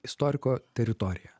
istoriko teritorija